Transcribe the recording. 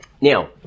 Now